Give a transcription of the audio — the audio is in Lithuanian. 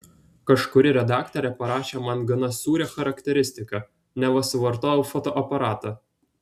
kažkuri redaktorė parašė man gana sūrią charakteristiką neva suvartojau fotoaparatą